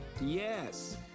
Yes